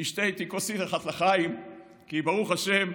"תשתה איתי כוסית אחת לחיים", כי ברוך השם,